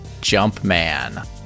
Jumpman